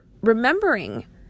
remembering